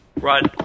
run